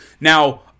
Now